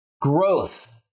Growth